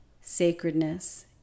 sacredness